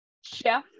chef